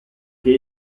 che